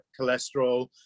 cholesterol